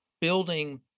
building